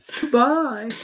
Goodbye